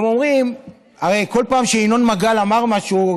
הם אומרים: הרי כל פעם שינון מגל אמר משהו,